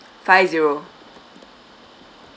five zero